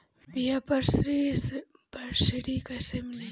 बीया पर सब्सिडी कैसे मिली?